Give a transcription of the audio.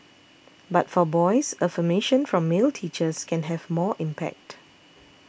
but for boys affirmation from male teachers can have more impact